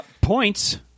Points